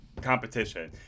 competition